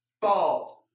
bald